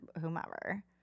whomever